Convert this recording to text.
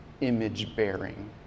image-bearing